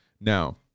Now